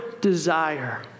desire